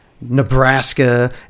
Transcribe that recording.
Nebraska